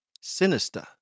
sinister